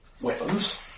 weapons